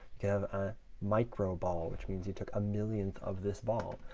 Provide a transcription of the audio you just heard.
could have a micro ball, which means you took a millionth of this ball.